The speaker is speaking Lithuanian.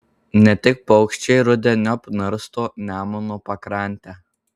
ne tik paukščiai rudeniop narsto nemuno pakrantę